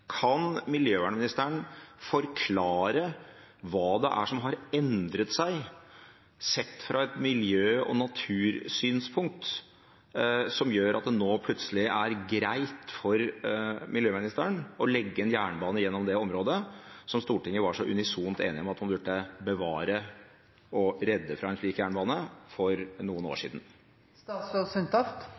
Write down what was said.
miljø- og natursynspunkt, som gjør at det nå plutselig er greit for miljøministeren å legge en jernbane gjennom det området, som Stortinget for noen år siden var så unisont enig om at man burde bevare og redde fra en slik jernbane?